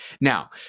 now